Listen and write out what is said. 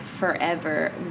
forever